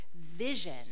vision